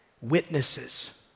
witnesses